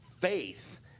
faith